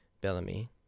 bellamy